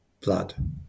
blood